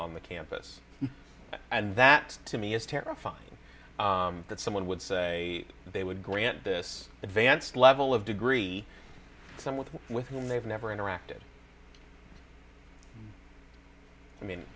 on the campus and that to me is terrifying that someone would say they would grant this advanced level of degree someone with whom they've never interacted i mean